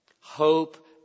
Hope